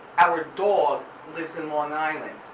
our dog lives in long island,